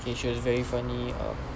okay she was very funny um